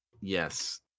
yes